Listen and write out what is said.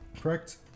Correct